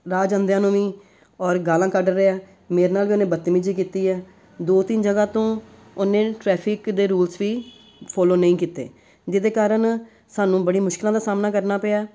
ਰਾਹ ਜਾਂਦਿਆਂ ਨੂੰ ਵੀ ਔਰ ਗਾਲਾਂ ਕੱਢ ਰਿਹਾ ਮੇਰੇ ਨਾਲ ਵੀ ਉਹਨੇ ਬਤਮੀਜੀ ਕੀਤੀ ਹੈ ਦੋ ਤਿੰਨ ਜਗ੍ਹਾ ਤੋਂ ਉਹਨੇ ਟ੍ਰੈਫਿਕ ਦੇ ਰੂਲਸ ਵੀ ਫੋਲੋ ਨਹੀਂ ਕੀਤੇ ਜਿਹਦੇ ਕਾਰਨ ਸਾਨੂੰ ਬੜੀ ਮੁਸ਼ਕਿਲਾਂ ਦਾ ਸਾਹਮਣਾ ਕਰਨਾ ਪਿਆ